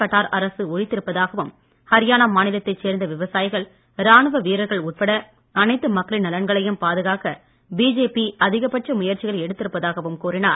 கட்டார் அரசு ஒழித்திருப்பதாகவும் ஹரியானா மாநிலத்தைச் சேர்ந்த விவசாயிகள் ராணுவ வீரர்கள் உட்பட அனைத்து மக்களின் நலன்களையும் பாதுகாக்க பிஜேபி அதிகபட்ச முயற்சிகளை எடுத்திருப்பதாகவும் கூறினார்